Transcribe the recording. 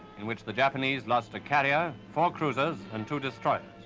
in which the japanese lost a carrier, four cruisers, and two destroyers.